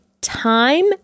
time